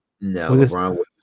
no